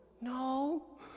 No